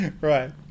Right